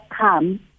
come